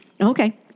Okay